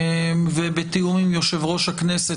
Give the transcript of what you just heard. בתיאום עם יושב-ראש הכנסת,